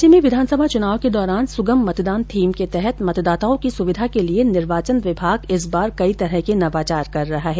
राज्य में विधानसभा चुनाव के दौरान सुगम मतदान थीम के तहत मतदाताओं की सुविधा के लिये निर्वाचन विभाग कई तरह के नवाचार कर रहा है